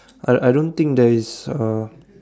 I I don't think there is uh